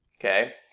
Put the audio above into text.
okay